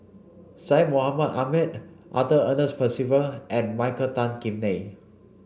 Syed Mohamed Ahmed Arthur Ernest Percival and Michael Tan Kim Nei